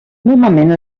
normalment